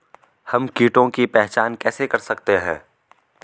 हम कीटों की पहचान कैसे कर सकते हैं?